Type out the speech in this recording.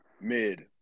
mid